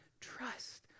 trust